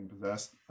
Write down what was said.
possessed